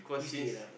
used to it ah